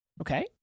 Okay